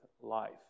life